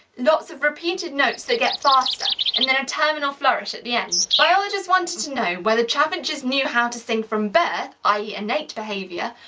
lots of repeated notes that get faster and then a terminal flourish at the end. biologists wanted to know whether chaffinches knew how to sing from birth i e innate behaviour.